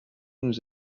nous